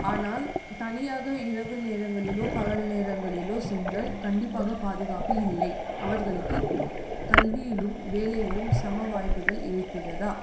ஆனால் தனியாக இரவு நேரங்களிலோ பகல் நேரங்களிலோ சென்றால் கண்டிப்பாக பாதுகாப்பு இல்லை அவர்களுக்கு கல்வியிலும் வேலையிலும் சம வாய்ப்புகள் இருக்கிறதா